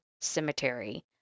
Cemetery